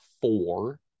four